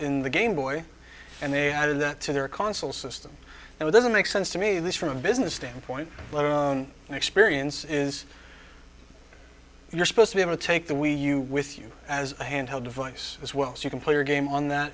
in the gameboy and they added that to their consul system and it doesn't make sense to me this from a business standpoint an experience is you're supposed to be able to take the way you with you as a handheld device as well so you can play a game on that